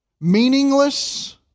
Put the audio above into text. meaningless